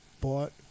bought